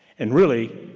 and really,